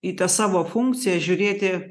į tą savo funkciją žiūrėti